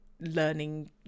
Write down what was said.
learning